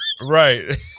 Right